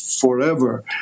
forever